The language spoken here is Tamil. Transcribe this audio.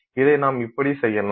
இதை நாம் இப்படி செய்யலாம்